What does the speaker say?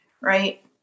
Right